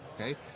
okay